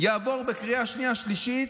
בקריאה שנייה ושלישית,